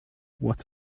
what